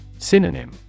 Synonym